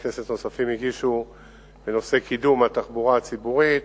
כנסת נוספים הגישו בנושא קידום התחבורה הציבורית,